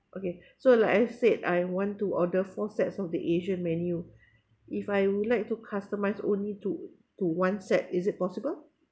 okay so like I said I want to order four sets of the asian menu if I would like to customize only to to one set is it possible